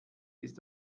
ist